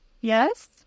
Yes